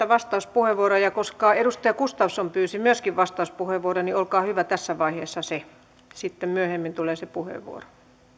vastauspuheenvuoroja koska edustaja gustafsson pyysi myöskin vastauspuheenvuoron niin olkaa hyvä tässä vaiheessa se sitten myöhemmin tulee se puheenvuoro